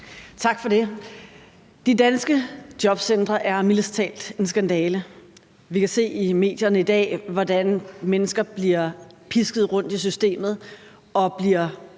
Tak for det. De danske jobcentre er mildest talt en skandale. Vi kan se i medierne i dag, hvordan mennesker bliver pisket rundt i systemet og også bliver